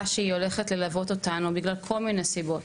שהולכת ללוות אותו בגלל כל מיני סיבות.